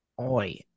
Oi